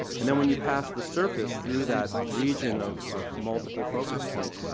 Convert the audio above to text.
and then when you pass the surface through that region of of multiple focus points,